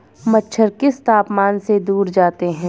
मच्छर किस तापमान से दूर जाते हैं?